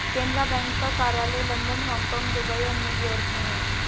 Canara bank का कार्यालय London Hong Kong Dubai और न्यू यॉर्क में है